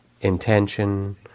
intention